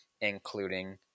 including